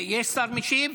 יש שר משיב?